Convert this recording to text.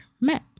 met